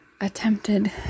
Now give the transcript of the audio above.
attempted